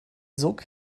sog